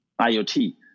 IoT